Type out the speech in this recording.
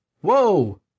Whoa